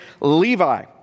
Levi